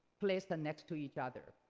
placed next to each other.